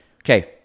okay